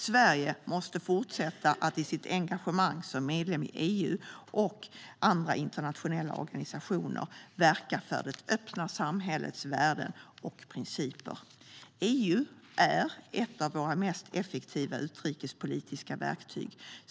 Sverige måste fortsätta att i sitt engagemang som medlem i EU och andra internationella organisationer verka för det öppna samhällets värden och principer. EU är ett av våra mest effektiva utrikespolitiska verktyg.